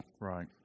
Right